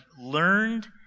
learned